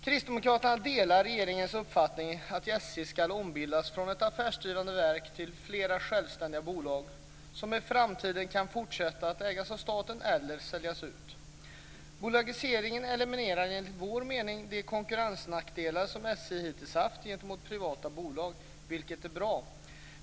Kristdemokraterna delar regeringens uppfattning att SJ ska ombildas från ett affärsdrivande verk till flera självständiga bolag som i framtiden kan fortsätta att ägas av staten eller säljas ut. Bolagiseringen eliminerar, enligt vår mening, de konkurrensnackdelar som SJ hittills har haft gentemot privata bolag, vilket är bra.